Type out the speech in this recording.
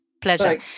Pleasure